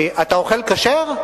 אתה אוכל כשר?